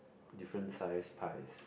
different size pies